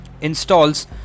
installs